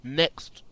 next